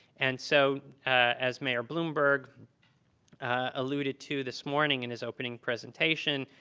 and so as mayor bloomberg alluded to this morning in his opening presentation,